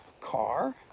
car